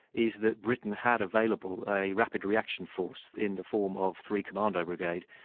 is that britain had available a rapid reaction force in the form of three commando brigade,